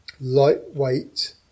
lightweight